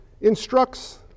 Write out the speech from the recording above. instructs